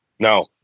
No